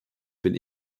bin